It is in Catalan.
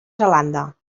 zelanda